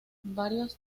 varios